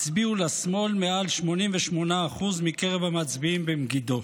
הצביעו לשמאל מעל 88% מקרב המצביעים במגידו.